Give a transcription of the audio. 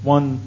One